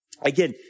Again